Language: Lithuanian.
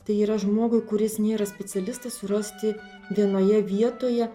tai yra žmogui kuris nėra specialistas surasti vienoje vietoje